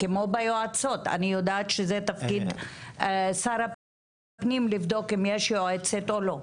כמו ביועצות אני יודע שזה תפקיד שר הפנים לבדוק אם יש יועצת או לא.